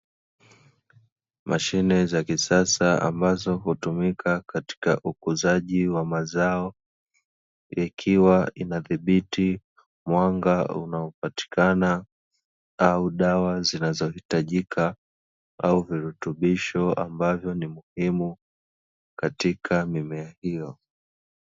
Mashine za kisasa ambazo hutumika katika ukuzaji wa mazao, ikiwa inadhibiti mwanga unaopatikana, au dawa zinazohitajika au virutubisho ambavyo ni muhimu katika mimea hiyo.